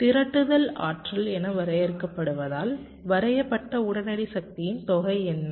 திரட்டுதல் ஆற்றல் என வரையறுக்கப்படுவதால் வரையப்பட்ட உடனடி சக்தியின் தொகை என்ன